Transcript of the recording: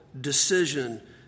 decision